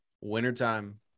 Wintertime